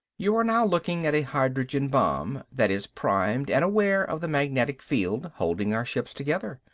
you are now looking at a hydrogen bomb that is primed and aware of the magnetic field holding our ships together.